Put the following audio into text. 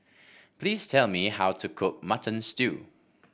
please tell me how to cook Mutton Stew